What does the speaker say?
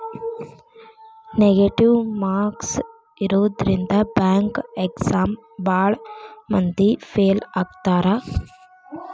negative marks ಇರೋದ್ರಿಂದ bank exam ಭಾಳ್ ಮಂದಿ ಫೇಲ್ ಆಗ್ತಾರಾ